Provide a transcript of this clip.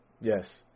Yes